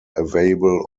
available